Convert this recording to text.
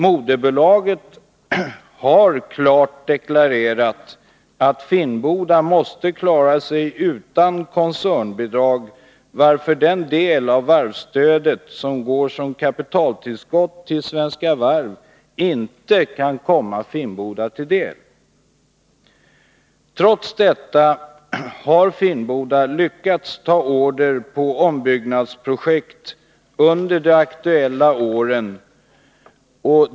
Moderbolaget har klart deklarerat att Finnboda måste klara sig utan koncernbidrag, varför den del av varvsstödet som går som kapitaltillskott till Svenska Varv inte kan komma Finnboda till del. Trots detta har Finnboda lyckats ta order på ombyggnadsprojekt under de aktuella åren.